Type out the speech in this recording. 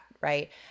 right